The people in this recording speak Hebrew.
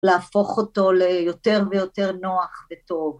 ‫להפוך אותו ליותר ויותר נוח וטוב.